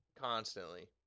constantly